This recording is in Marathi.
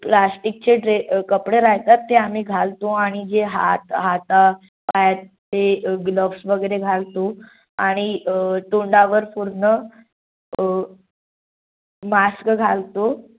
प्लास्टिकचे ड्रे कपडे राहतात ते आम्ही घालतो आणि जे हाता हाता पायात ते ग्लोब्स वगैरे घालतो आणि तोंडावर पूर्ण मास्क घालतो